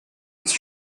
disk